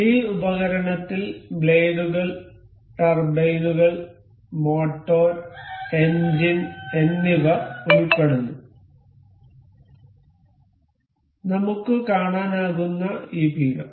ഈ ഉപകരണത്തിൽ ബ്ലേഡുകൾ ടർബൈനുകൾ മോട്ടോർ എഞ്ചിൻ എന്നിവ ഉൾപ്പെടുന്നു നമുക്ക് കാണാനാകുന്ന ഈ പീഠം